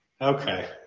Okay